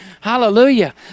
Hallelujah